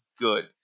good